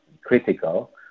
critical